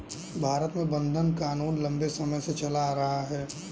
भारत में बंधक क़ानून लम्बे समय से चला आ रहा है